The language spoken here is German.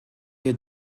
wir